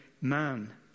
man